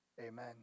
Amen